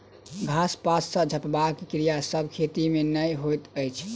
घास पात सॅ झपबाक क्रिया सभ खेती मे नै होइत अछि